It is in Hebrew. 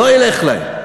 לא ילך להם.